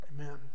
Amen